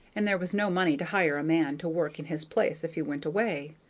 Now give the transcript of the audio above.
and there was no money to hire a man to work in his place if he went away.